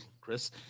chris